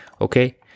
okay